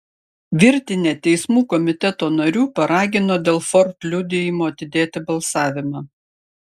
virtinė teismų komiteto narių paragino dėl ford liudijimo atidėti balsavimą